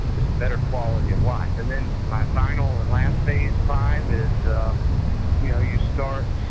it's better quality of life. and then my final and last phase five is you know you start